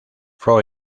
freud